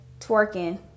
twerking